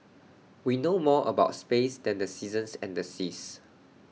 we know more about space than the seasons and the seas